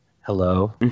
hello